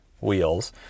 wheels